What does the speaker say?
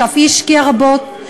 שאף היא השקיעה רבות,